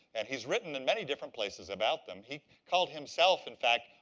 and he's written in many different places about them. he called himself, in fact,